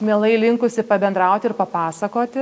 mielai linkusi pabendrauti ir papasakoti